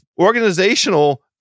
organizational